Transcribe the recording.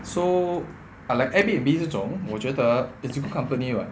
so like airbnb 这种我觉得 it's a good company [what]